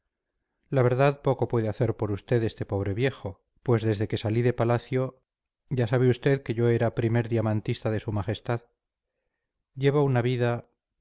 la verdad poco puede hacer por usted este pobre viejo pues desde que salí de palacio ya sabe usted que era yo primer diamantista de su majestad llevo una vida